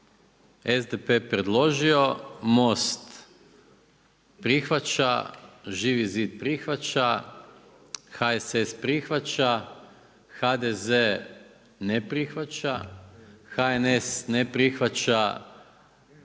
SDP je predložio, MOST prihvaća, Živi zid prihvaća, HSS prihvaća, HDZ ne prihvaća, HNS ne prihvaća,